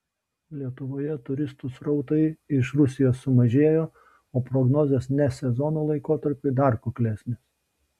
lietuvoje turistų srautai iš rusijos sumažėjo o prognozės ne sezono laikotarpiui dar kuklesnės